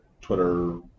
twitter